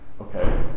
Okay